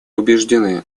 убеждены